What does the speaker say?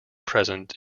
present